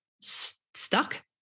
stuck